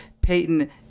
peyton